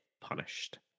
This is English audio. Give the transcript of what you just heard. punished